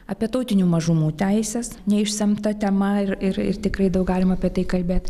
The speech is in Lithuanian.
apie tautinių mažumų teises neišsemta tema ir ir tikrai daug galim apie tai kalbėt